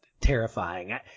terrifying